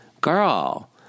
girl